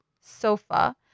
sofa